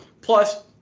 Plus